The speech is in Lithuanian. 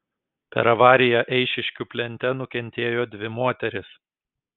per avariją eišiškių plente nukentėjo dvi moterys